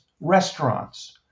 restaurants